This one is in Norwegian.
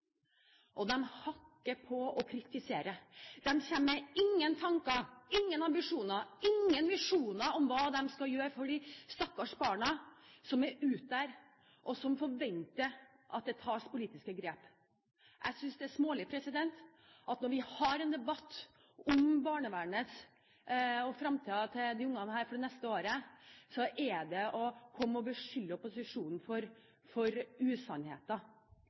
og de hakker og kritiserer. De kommer ikke med noen tanker, har ingen ambisjoner, ingen visjoner om hva de skal gjøre for de stakkars barna som er der ute, og som forventer at det tas politiske grep. Jeg synes det er smålig at når vi her har en debatt om barnevernet og fremtiden til disse barna, kommer man og beskylder opposisjonen for